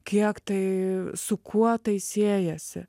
kiek tai su kuo tai siejasi